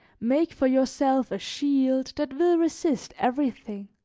make for yourself a shield that will resist everything,